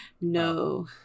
No